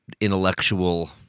intellectual